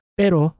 pero